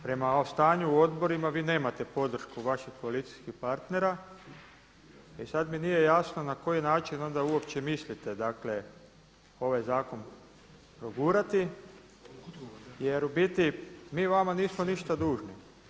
Prema stanju u odborima vi nemate podršku vaših koalicijskih partnera i sad mi nije jasno na koji način onda uopće mislite dakle ovaj zakon progurati jer u biti mi vama nismo ništa dužni.